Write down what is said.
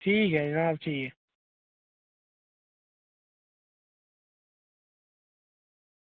ठीक ऐ जनाब ठीक ऐ